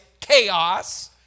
Chaos